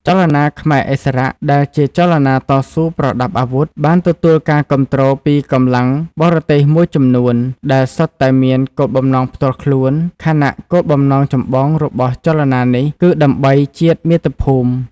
ចលនាខ្មែរឥស្សរៈ ដែលជាចលនាតស៊ូប្រដាប់អាវុធ បានទទួលការគាំទ្រពីកម្លាំងបរទេសមួយចំនួន ដែលសុទ្ធតែមានគោលបំណងផ្ទាល់ខ្លួន ខណៈគោលបំណងចម្បងរបស់ចលនានេះគឺដើម្បីជាតិមាតុភូមិ។